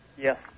Yes